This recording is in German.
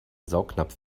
saugnapf